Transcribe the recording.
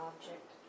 object